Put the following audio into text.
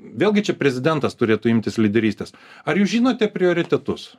vėlgi čia prezidentas turėtų imtis lyderystės ar jūs žinote prioritetus